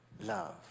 love